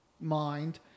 mind